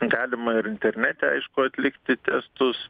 galima ir internete aišku atlikti testus